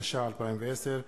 התש"ע 2010,